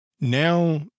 Now